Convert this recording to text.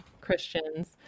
Christians